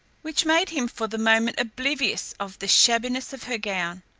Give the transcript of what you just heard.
which made him for the moment oblivious of the shabbiness of her gown.